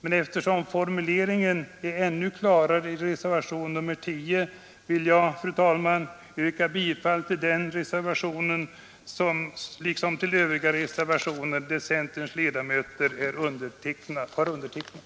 Men eftersom formuleringen är ännu klarare i reservationen 10, vill jag, fru talman, yrka bifall till den reservationen liksom till övriga reservationer som centerns ledamöter i utskottet har undertecknat.